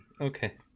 okay